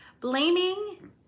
Blaming